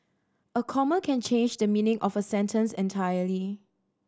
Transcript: a comma can change the meaning of a sentence entirely